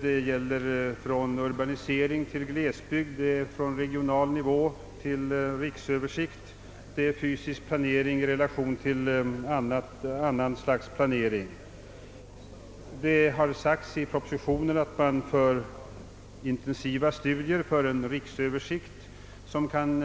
Det gäller planeringsbehov för glesbygd och till följd av urbaniseringen, planering på regional nivå, riksöversikt över markens användning samt fysisk planering i relation till annan planering. Det har framhållits i propositionen att man bedriver intensiva studier för en riksöversikt, som kan